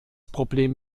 problem